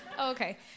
okay